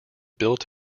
built